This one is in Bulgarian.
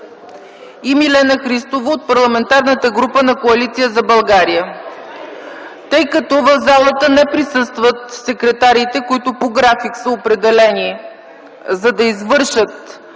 и Милена Христова от Парламентарната група на Коалиция за България. Тъй като в залата не присъстват секретарите, които по график са определени, за да извършат